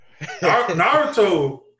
Naruto